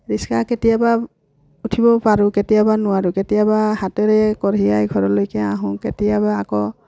ৰিক্সাত কেতিয়াবা উঠিবও পাৰোঁ কেতিয়াবা নোৱাৰোঁ কেতিয়াবা হাতেৰে কঢ়িয়াই ঘৰলৈকে আহোঁ কেতিয়াবা আকৌ